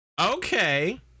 okay